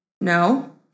no